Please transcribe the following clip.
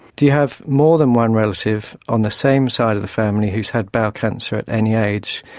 do you have more than one relative on the same side of the family who has had bowel cancer at any age?